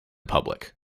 public